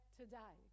today